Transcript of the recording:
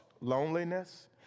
loneliness